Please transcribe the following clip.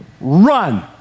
run